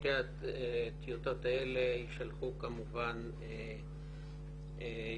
ושתי הטיוטות האלה יישלחו כמובן יחדיו.